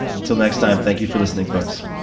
until next time, thank you for listening, folks